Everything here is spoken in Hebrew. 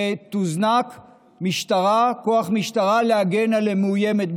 ויוזנק כוח משטרה להגן על מאוימת,